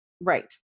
Right